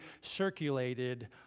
circulated